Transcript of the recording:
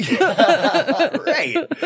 Right